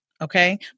Okay